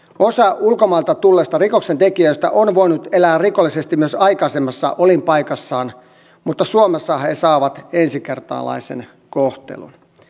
osa ulkomailta tulleista rikoksentekijöistä on voinut elää rikollisesti myös aikaisemmassa olinpaikassaan mutta suomessa he saavat ensikertalaisen kohtelun